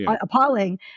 appalling